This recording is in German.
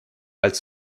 als